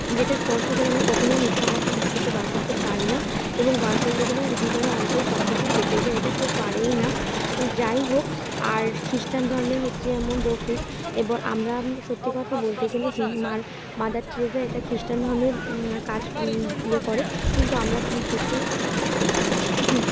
যেটা স্পর্শ করে আমরা কখনও মিথ্যা কথা মুখ থেকে বার করতে পারি না এবং বার করলে যেন হৃদয় অন্তর সব কিছু কেঁপে যায় এটা কেউ পারেই না যাই হোক আর খ্রিস্টান ধর্মের হচ্ছে যেমন রফিক এবং আমরা সত্যি কথা বলতে গেলে হ মার মাদার ট্রেজা এটা খ্রিস্টান ধর্মের কাজ ইয়ে করে কিন্তু আমরা সত্যিই